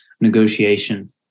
negotiation